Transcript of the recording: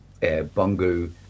Bungu